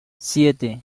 siete